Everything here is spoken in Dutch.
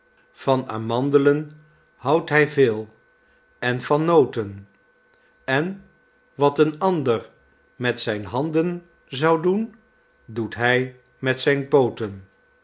van amandelen houdt hy veel en van nooten en wat een ander met zijn handen zou doen doet hy met zijn pooten